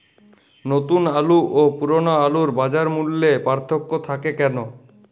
নতুন আলু ও পুরনো আলুর বাজার মূল্যে পার্থক্য থাকে কেন?